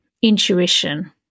Intuition